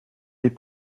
les